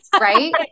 right